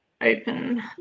open